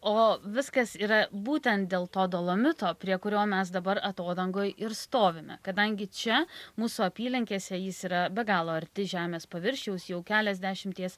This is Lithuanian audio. o viskas yra būtent dėl to dolomito prie kurio mes dabar atodangoj ir stovime kadangi čia mūsų apylinkėse jis yra be galo arti žemės paviršiaus jau keliasdešimties